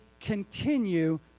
continue